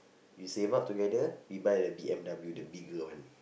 we save up together we buy the b_m_w the bigger one